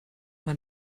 man